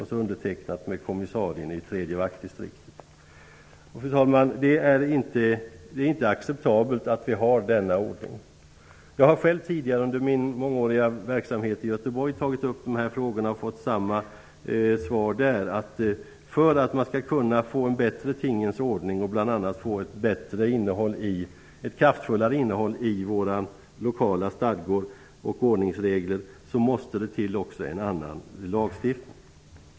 Det är undertecknat av kommissarien i tredje vaktdistriktet. Fru talman! Det är inte acceptabelt att vi har denna ordning. Jag har själv tidigare under min mångåriga verksamhet i Göteborg tagit upp de här frågorna och fått samma svar där: För att man skall kunna få till stånd en bättre tingens ordning och bl.a. få ett kraftfullare innehåll i våra lokala stadgor och ordningsregler måste det till en annan lagstiftning.